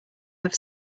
have